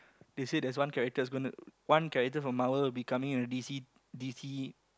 they say there's one character's gonna one character from Marvel will be coming into d_c d_c